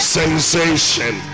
sensation